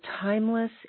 timeless